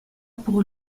pour